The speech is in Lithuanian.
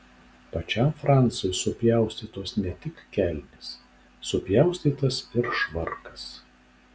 pačiam francui supjaustytos ne tik kelnės supjaustytas ir švarkas